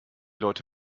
leute